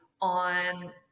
on